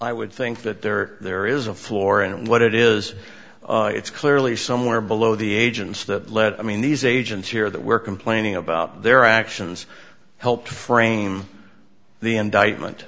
i would think that there there is a floor and what it is it's clearly somewhere below the agents that let i mean these agents here that were complaining about their actions helped frame the indictment